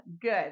good